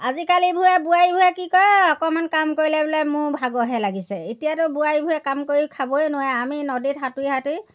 আজিকালিবোৰে বোৱাৰীবোৰে কি কৰে অকণমান কাম কৰিলে বোলে মোৰ ভাগৰহে লাগিছে এতিয়াতো বোৱাৰীবোৰে কাম কৰি খাবই নোৱাৰে আমি নদীত সাঁতুৰি সাঁতুৰি